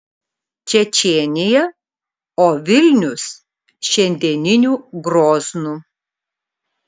čečėnija o vilnius šiandieniniu groznu